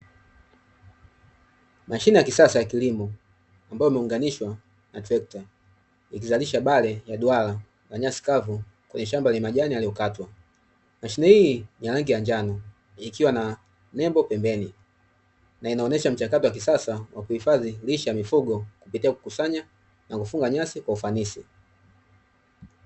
Mashine ya kisasa ya kilimo ambayo imeunganishwa na trekta, ikizalisha bale ya duara na nyasi kavu kwenye shamba la majani yaliyokatwa. Mashine hii ya rangi ya njano ikiwa na nembo pembeni, na inaonesha mchakato wa kisasa wa kuhifadhi kulisha mifugo kupitia kukusanya na kufunga nyasi kwa ufanisi.